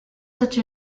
such